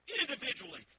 individually